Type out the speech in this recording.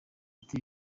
ati